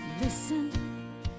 Listen